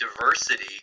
diversity